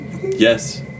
Yes